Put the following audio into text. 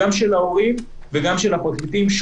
גם של ההורים וגם של הפרקליטים.